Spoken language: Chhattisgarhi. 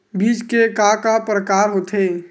बीज के का का प्रकार होथे?